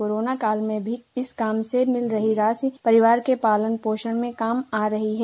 corona काल में भी इस काम से मिल रही राशि परिवार के भरण पोषण में काम आ रही है